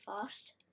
fast